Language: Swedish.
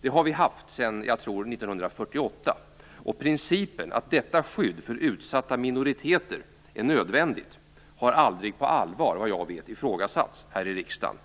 Det har vi haft sedan 1948, tror jag. Principen att detta skydd för utsatta minoriteter är nödvändigt har vad jag vet aldrig på allvar ifrågasatts här i riksdagen.